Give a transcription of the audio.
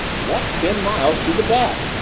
what's ten miles to the bat?